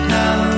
now